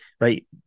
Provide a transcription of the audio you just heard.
right